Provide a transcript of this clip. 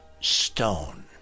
stone